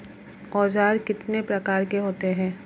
औज़ार कितने प्रकार के होते हैं?